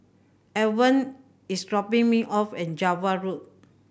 Alvan is dropping me off at Java Road